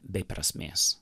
be prasmės